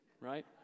right